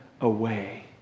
away